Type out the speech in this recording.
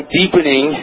deepening